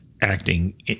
acting